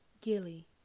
Gilly